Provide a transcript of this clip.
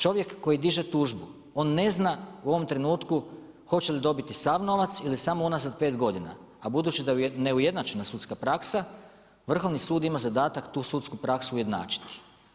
Čovjek koji diže tužbu, on ne zna u ovom trenutku hoće li dobri sav novac ili samo unazad 5 godina, a budući da je neujednačena sudska praksa, Vrhovni sud ima zadatak tu sudsku praksu ujednačiti.